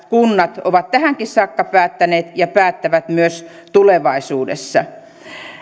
kunnat ovat tähänkin saakka päättäneet ja päättävät myös tulevaisuudessa